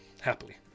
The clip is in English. happily